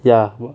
ya wha~